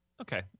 Okay